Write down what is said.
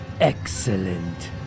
Excellent